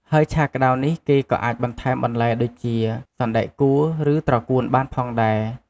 ហើយឆាក្តៅនេះគេក៏អាចបន្ថែមបន្លែដូចជា សណ្តែកគួរ ឬត្រកួនបានផងដែរ។